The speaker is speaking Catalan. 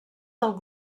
del